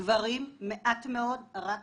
גברים מעט מאוד, רק